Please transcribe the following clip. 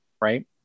right